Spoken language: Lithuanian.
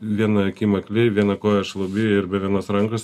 viena akim akli viena koja šlubi ir be vienos rankos